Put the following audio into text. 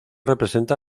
representa